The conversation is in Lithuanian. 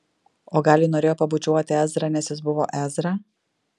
o gal ji norėjo pabučiuoti ezrą nes jis buvo ezra